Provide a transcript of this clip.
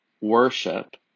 worship